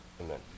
Amen